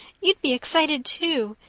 you'd be excited, too,